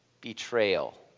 betrayal